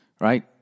right